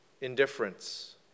indifference